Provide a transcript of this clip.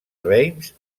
reims